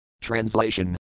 Translation